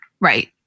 Right